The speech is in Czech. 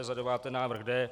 Za deváté návrh D.